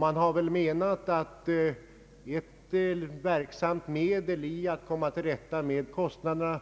Man har ansett att ett verksamt medel för att komma till rätta med kostnaderna